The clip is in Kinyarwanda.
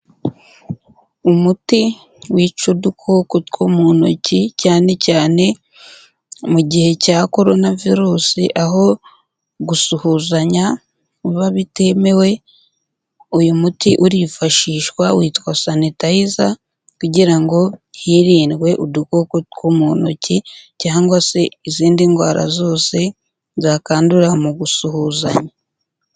Umuti wica udukoko two mu ntoki, cyane cyane mu gihe cya Korona Virusi, aho gusuhuzanya biba bitemewe, uyu muti urifashishwa witwa Sanitayiza kugira ngo hirindwe udukoko two mu ntoki cyangwa se izindi ndwara zose, zakwandura mu gusuhuzanya.